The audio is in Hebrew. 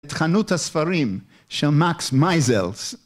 את חנות הספרים של מקס מייזלס.